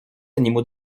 animaux